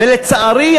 ולצערי,